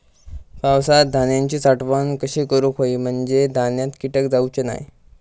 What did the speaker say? पावसात धान्यांची साठवण कशी करूक होई म्हंजे धान्यात कीटक जाउचे नाय?